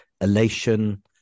elation